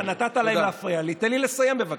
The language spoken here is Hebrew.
אתה נתת להם להפריע, תן לי לסיים, בבקשה.